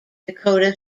dakota